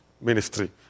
ministry